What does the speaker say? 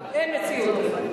אין מציאות כזאת.